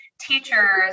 teachers